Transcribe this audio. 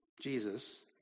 Jesus